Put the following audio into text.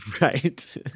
right